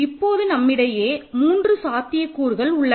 இப்போது நம்மிடையே மூன்று சாத்தியக்கூறுகள் உள்ளன